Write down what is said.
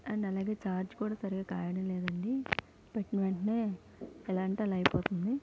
and అలాగే charge కూడా సరిగా కాయడం లేదండి పెట్టిన వెంటనే ఎలా అంటే అలా అయిపోతుంది